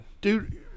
Dude